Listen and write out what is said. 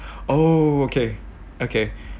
oh okay okay